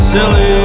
Silly